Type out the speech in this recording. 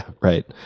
right